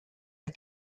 der